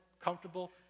comfortable